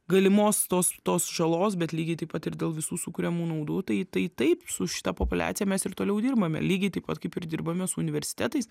galimos tos tos žalos bet lygiai taip pat ir dėl visų sukuriamų naudų tai tai taip su šita populiacija mes ir toliau dirbame lygiai taip pat kaip ir dirbame su universitetais